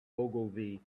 ogilvy